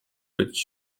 być